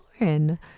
Lauren